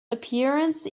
appearance